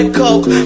coke